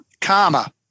karma